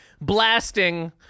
Blasting